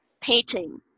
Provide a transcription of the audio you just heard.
painting